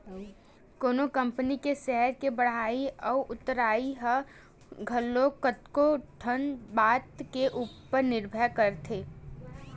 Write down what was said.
कोनो कंपनी के सेयर के बड़हई अउ उतरई ह घलो कतको ठन बात के ऊपर निरभर रहिथे